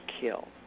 kill